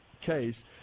case